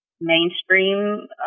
mainstream